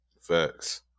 Facts